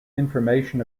information